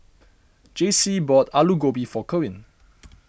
Jaycee bought Alu Gobi for Kerwin